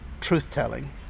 truth-telling